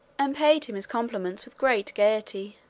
and paid him his compliments with great gaiety.